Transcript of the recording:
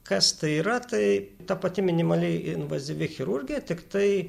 kas tai yra tai ta pati minimaliai invazyvi chirurgija tiktai